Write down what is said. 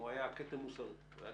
הוא היה כתם מוסרי עלינו,